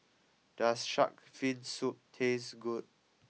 does Shark's Fin Soup taste good